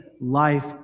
life